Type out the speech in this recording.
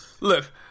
look